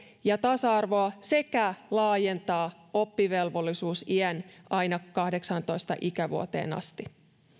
ja tasa arvoa sekä laajentaa oppivelvollisuusiän aina kahdeksaantoista ikävuoteen asti